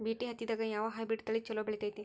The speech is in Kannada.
ಬಿ.ಟಿ ಹತ್ತಿದಾಗ ಯಾವ ಹೈಬ್ರಿಡ್ ತಳಿ ಛಲೋ ಬೆಳಿತೈತಿ?